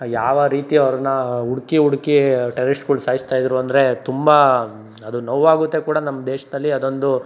ಯಾವ ರೀತಿ ಅವರನ್ನ ಹುಡ್ಕಿ ಹುಡ್ಕಿ ಟೆರರಿಸ್ಟ್ಗಳು ಸಾಯಿಸ್ತಾಯಿದ್ರು ಅಂದರೆ ತುಂಬ ಅದು ನೋವಾಗುತ್ತೆ ಕೂಡ ನಮ್ಮ ದೇಶದಲ್ಲಿ ಅದೊಂದು